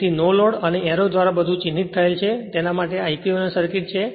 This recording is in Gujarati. તેથી નો લોડ અને એરો દ્વારા બધું ચિહ્નિત થયેલ છે તેના માટે આ ઇક્વીવેલેંટ સર્કિટ છે